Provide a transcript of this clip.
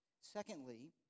Secondly